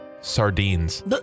sardines